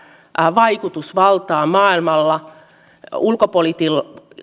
vaikutusvaltaa maailmalla ulkopolitiikallaan